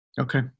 Okay